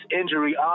injury